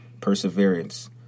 perseverance